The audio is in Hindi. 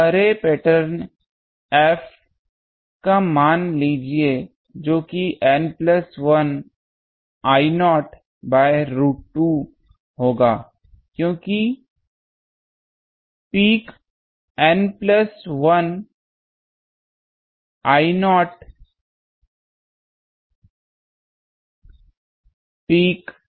अर्रे पैटर्न F का मान जो कि N plus 1 I0 by root 2 होगा क्योंकि peak N plus 1 I0 peak था